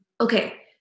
Okay